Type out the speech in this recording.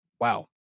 wow